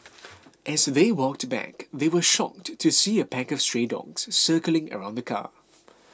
as they walked back they were shocked to see a pack of stray dogs circling around the car